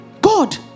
God